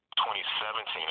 2017